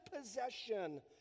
possession